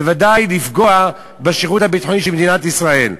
בוודאי לפגוע בשירות הביטחוני של מדינת ישראל.